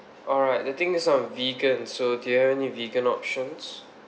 alright the thing is I'm vegan so do you have any vegan options